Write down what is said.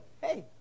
hey